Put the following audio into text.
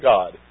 God